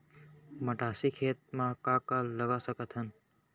मटासी खेत म का का लगा सकथन?